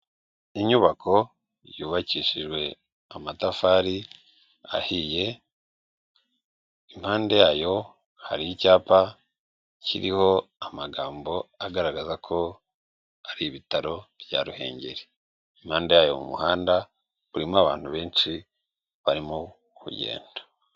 Inyubako yubakishijwe amatafari ahiye, impande yayo hari icyapa kiriho amagambo agaragaza ko ari ibitaro bya Ruhengeri, impande yayo mu muhanda harimo abantu benshi barimo kugenda.